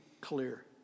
clear